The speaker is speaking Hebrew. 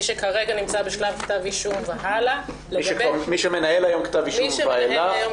מי שנמצא בשלב כתב אישום והלאה --- מי שמנהל היום כתב אישום ואילך,